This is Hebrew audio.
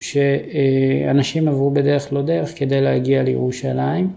שאנשים עברו בדרך לא דרך כדי להגיע לירושלים.